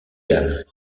cannes